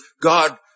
God